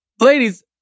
ladies